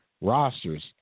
rosters